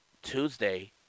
Tuesday